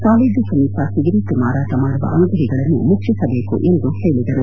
college ಸಮೀಪ cigarette ಮಾರಾಟ ಮಾಡುವ ಅಂಗಡಿಗಳನ್ನು ಮುಚ್ಚಿಸ ಬೇಕು ಎಂದು ಹೇಳಿದರು